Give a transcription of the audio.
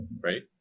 Right